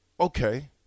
okay